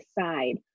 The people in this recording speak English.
side